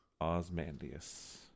Osmandius